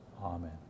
amen